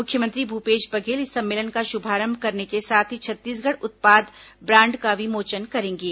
मुख्यमंत्री भूपेश बघेल इस सम्मेलन का शुभारंभ करने के साथ ही छत्तीसगढ़ उत्पाद ब्राण्ड का विमोचन करेंगे